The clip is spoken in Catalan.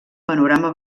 panorama